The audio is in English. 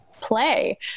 play